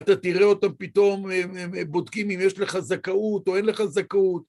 אתה תראה אותם פתאום, הם הם בודקים אם יש לך זכאות או אין לך זכאות.